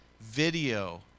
video